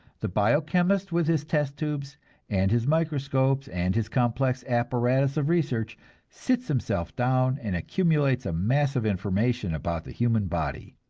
the bio-chemist with his test tubes and his microscopes and his complex apparatus of research sits himself down and accumulates a mass of information about the human body.